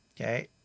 Okay